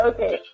Okay